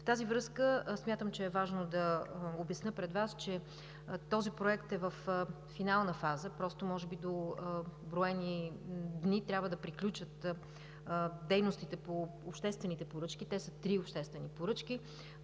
В тази връзка смятам, че е важно да обясня пред Вас, че този проект е във финална фаза, може би до броени дни трябва да приключат дейностите по обществените поръчки. Те са три обществени поръчки,